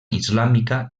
islàmica